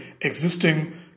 existing